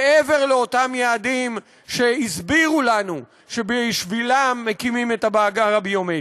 מעבר לאותם יעדים שהסבירו לנו שבשבילם מקימים את המאגר הביומטרי.